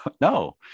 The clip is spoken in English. no